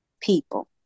people